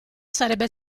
sarebbe